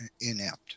inept